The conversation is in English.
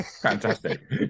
fantastic